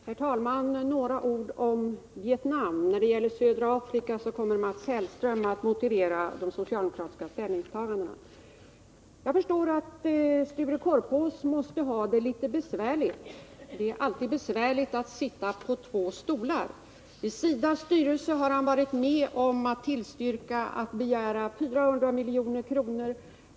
Herr talman! Bara några ord om Vietnam. När det gäller södra Afrika kommer Mats Hellström att motivera de socialdemokratiska ställningstagandena. Jag förstår att Sture Korpås måste ha det litet besvärligt. Det är alltid besvärligt att sitta på två stolar. I SIDA:s styrelse har han varit med om att tillstyrka en begäran om 400 milj.kr.